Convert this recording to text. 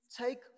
take